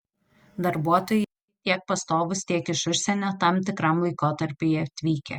darbuotojai tiek pastovūs tiek iš užsienio tam tikram laikotarpiui atvykę